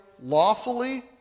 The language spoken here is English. lawfully